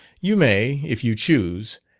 you may, if you choose,